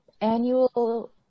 annual